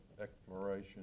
exploration